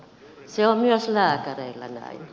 se on myös lääkäreillä näin